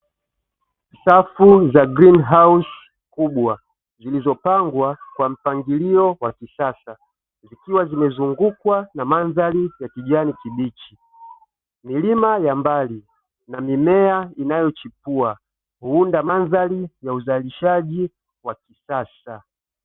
Safu za griini hausi kubwa zilizopangwa kwa mpangilio wa kisasa zikiwa zimeuungukwa na mandhari ya kijani kibichi. Milima ya mbali na mimea inyochipua huunda mandhari ya uzalishaji kisasa.